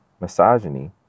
misogyny